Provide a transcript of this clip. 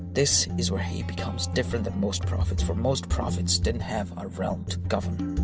this is where he becomes different than most prophets, for, most prophets didn't have a realm to govern.